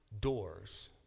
doors